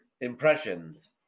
impressions